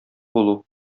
булу